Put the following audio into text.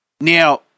Now